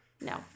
no